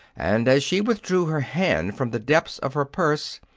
and as she withdrew her hand from the depths of her purse,